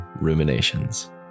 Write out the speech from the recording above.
Ruminations